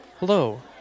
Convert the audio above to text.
Hello